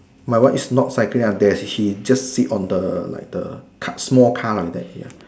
my one is not cycling lah there's he just sit on the like the car small car like that ya